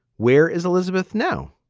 where is elizabeth now?